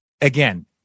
again